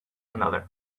another